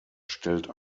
stellt